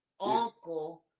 Uncle